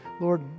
Lord